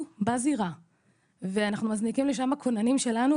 בזירה ואנחנו מזניקים לשם כוננים שלנו,